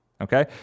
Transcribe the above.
Okay